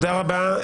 תודה רבה.